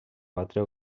quatre